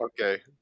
Okay